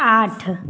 आठ